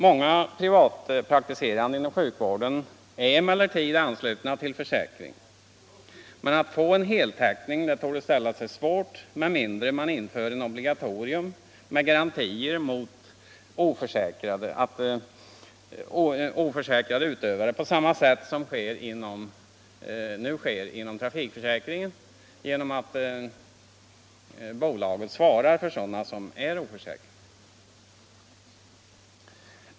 Många privatpraktiserande inom sjukvården är emellertid anslutna till försäkring, men att få en heltäckning torde ställa sig svårt med mindre man inför ett obligatorium med garantier mot oförsäkrade utövare på samma sätt som nu sker inom trafikförsäkringssystemet genom att bolagen svarar för sådana som är oförsäkrade.